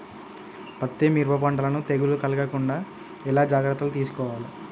పత్తి మిరప పంటలను తెగులు కలగకుండా ఎలా జాగ్రత్తలు తీసుకోవాలి?